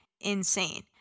insane